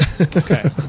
Okay